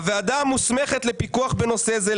הוועדה המוסמכת לפיקוח בנושא זה,